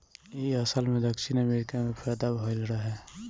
इ असल में दक्षिण अमेरिका में पैदा भइल रहे